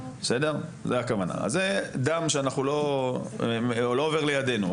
זה הכוונה, אז זה דם שלא עובר לידנו.